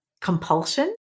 compulsion